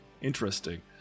Interesting